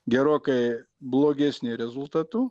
gerokai blogesni rezultatu